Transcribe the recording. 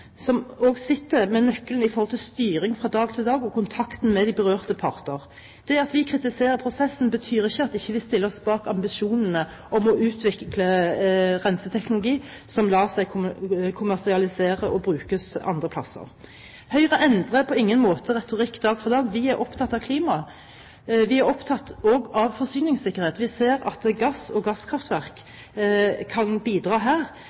– som sitter med nøkkelen når det gjelder styring fra dag til dag og kontakten med de berørte parter. Det at vi kritiserer prosessen, betyr ikke at vi ikke stiller oss bak ambisjonene om å utvikle renseteknologi som lar seg kommersialisere og kan brukes andre steder. Høyre endrer på ingen måte retorikken fra dag til dag. Vi er opptatt av klima, og vi er også opptatt av forsyningssikkerheten. Vi ser at gass og gasskraftverk kan bidra her,